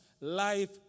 life